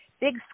big